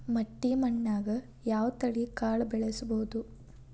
ಮಟ್ಟಿ ಮಣ್ಣಾಗ್, ಯಾವ ತಳಿ ಕಾಳ ಬೆಳ್ಸಬೋದು?